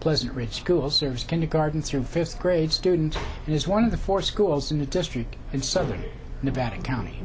pleasant ridge school serves kindergarten through fifth grade students and is one of the four schools in the district in southern nevada county